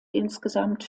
insgesamt